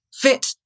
fit